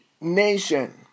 nation